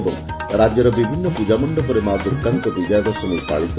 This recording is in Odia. ଏବଂ ରାଜ୍ୟର ବିଭିନ୍ନ ପୂଜାମଶ୍ତପରେ ମା' ଦୁର୍ଗାଙ୍କ ବିକୟା ଦଶମୀ ପାଳିତ